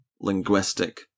linguistic